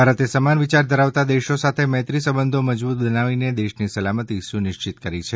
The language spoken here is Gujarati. ભારતે સમાન વિચાર ધરાવતા દેશો સાથે મૈત્રી સંબંધો મજબૂત બનાવીને દેશની સલામતી સુનિશ્ચિત કરી છે